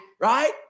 Right